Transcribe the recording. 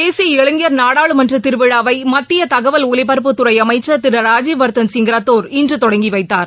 தேசிய இளைஞர் நாடாளுமன்ற திருவிழாவை மத்திய தகவல் ஒலிபரப்புத்துறை அமைச்சர் திரு ராஜய்வர்தன் சிங் ரத்தோர் இன்று தொடங்கி வைத்தார்